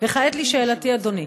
וכעת לשאלתי, אדוני.